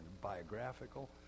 biographical